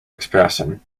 expression